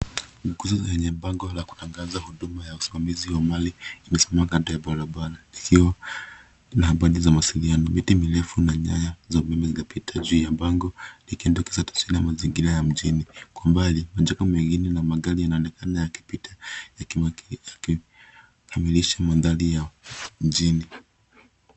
Ni kuzo lenye bango la kutangaza huduma ya usimamizi wa mali limesimama kando ya barabara likiwa na habari za mawasiliano. Miti mirefu na nyaya za umeme zinapita juu ya bango likiondokeza taswira ya mazingira ya mjini. Kwa mbali majengo mengine na magari yanaonekana yakipita yakikamilisha mandhari ya mjini.